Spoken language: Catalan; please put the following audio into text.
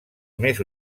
més